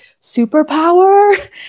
superpower